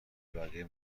بقیه